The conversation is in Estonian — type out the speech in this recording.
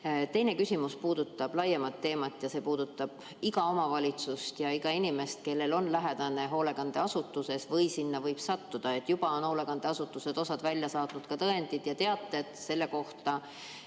Teine küsimus puudutab laiemat teemat, see puudutab iga omavalitsust ja iga inimest, kellel on lähedane hoolekandeasutuses või võib sinna sattuda. Juba on osa hoolekandeasutusi välja saatnud tõendid ja teated selle kohta,